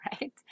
right